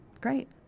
Great